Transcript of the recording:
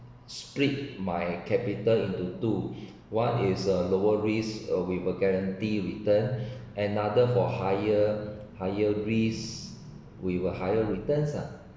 split my capital into two one is uh lower risk uh we will guarantee return another for higher higher risk we will higher returns ah